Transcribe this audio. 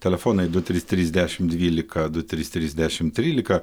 telefonai du trys trys dešim dvylika du trys trys dešim trylika